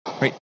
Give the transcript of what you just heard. Right